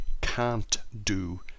can't-do